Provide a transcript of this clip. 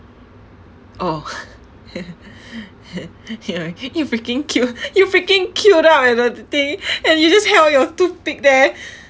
oh ya you freaking queued you freaking queued up at the thing and you just held your toothpick there